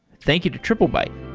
thank you to triplebyte